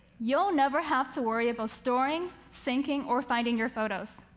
you'll never have to worry about storing, syncing, or finding your photos.